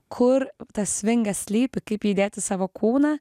kur tas svingas slypi kaip jį įdėt į savo kūną